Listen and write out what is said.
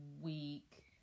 week